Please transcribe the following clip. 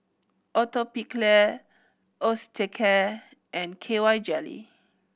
Atopiclair Osteocare and K Y Jelly